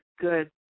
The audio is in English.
good